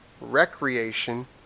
recreation